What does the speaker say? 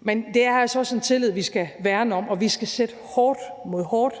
men det er altså også en tillid, vi skal værne om, og vi skal sætte hårdt mod hårdt,